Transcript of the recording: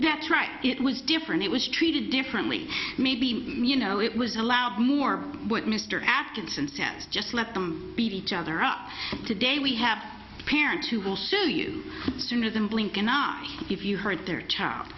that's right it was different it was treated differently maybe you know it was allowed more what mr atkinson stands just let them beat each other up today we have parents who will sue you sooner than blink and not if you hurt their child